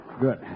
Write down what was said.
Good